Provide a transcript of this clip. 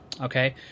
Okay